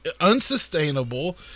unsustainable